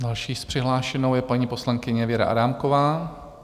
Další přihlášenou je paní poslankyně Věra Adámková.